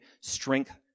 strength